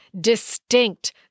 distinct